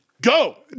Go